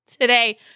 today